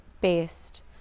based